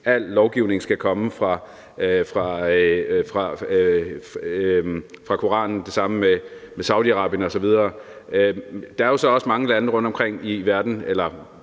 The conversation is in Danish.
al lovgivning skal komme fra koranen. Det er det samme med Saudi-Arabien osv. Der er jo så også mange områder rundtomkring i verden,